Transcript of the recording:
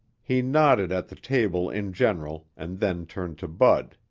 he nodded at the table in general and then turned to bud.